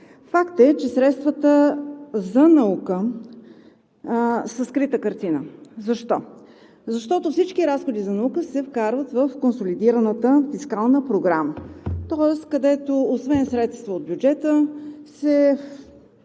Факт е, че средствата за наука са скрита картина. Защо? Защото всички разходи за наука се вкарват в консолидираната фискална програма, тоест освен средства от бюджета